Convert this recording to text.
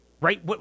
right